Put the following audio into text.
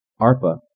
ARPA